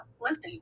listen